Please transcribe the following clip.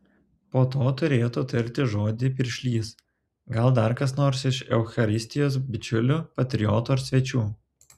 po to turėtų tarti žodį piršlys gal dar kas nors iš eucharistijos bičiulių patriotų ar svečių